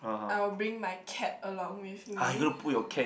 I will bring my cap along with me